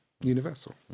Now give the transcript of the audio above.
universal